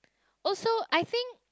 also I think